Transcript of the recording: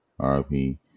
RP